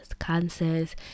cancers